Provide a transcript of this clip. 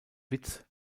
witz